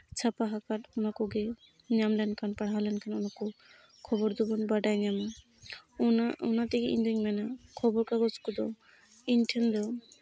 ᱪᱷᱟᱯᱟ ᱟᱠᱟᱫ ᱚᱱᱟ ᱠᱚᱜᱮ ᱧᱟᱢ ᱞᱮᱱᱠᱷᱟᱱ ᱯᱟᱲᱦᱟᱣ ᱞᱮᱱᱠᱷᱟᱱ ᱠᱚ ᱠᱷᱚᱵᱚᱨ ᱫᱚᱵᱚᱱ ᱵᱟᱰᱟᱭ ᱧᱟᱢᱟ ᱚᱱᱟ ᱚᱱᱟ ᱛᱮᱜᱮ ᱤᱧᱫᱩᱧ ᱢᱮᱱᱟ ᱠᱷᱚᱵᱚᱨ ᱠᱟᱜᱚᱡᱽ ᱠᱚᱫᱚ ᱤᱧ ᱴᱷᱮᱱ ᱫᱚ